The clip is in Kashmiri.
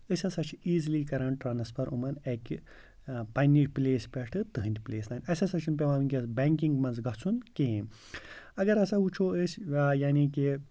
أسۍ ہَسا چھِ ایٖزلی کَران ٹرٛانَسفَر یِمَن اَکہِ پنٛنہِ پٕلیس پٮ۪ٹھٕ تٕہٕنٛدِ پٕلیس تانۍ اَسہِ ہَسا چھُنہٕ پیٚوان وٕنکٮ۪س بینٛکِنٛگ منٛز گژھُن کِہیٖنۍ اگر ہَسا وُچھو أسۍ یعنی کہِ